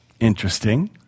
Interesting